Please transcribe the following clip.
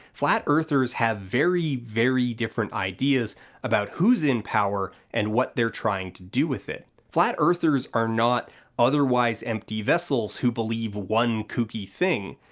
flat earthers have very, very different ideas about who's in power and what they're trying to do with it. flat earthers are not otherwise empty vessels who believe one kooky thing.